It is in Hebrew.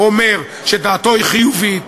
אומר שדעתו חיובית,